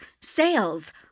sales